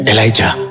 Elijah